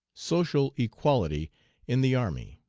social equality in the army.